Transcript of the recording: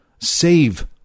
save